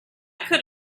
could